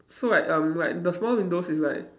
so like um like the small windows is like